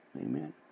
Amen